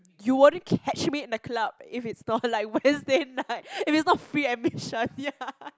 you won't catch me in a club if it's not like Wednesday night if it's not free admission ya